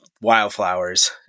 wildflowers